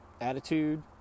attitude